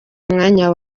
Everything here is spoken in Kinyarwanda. umwana